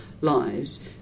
lives